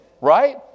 Right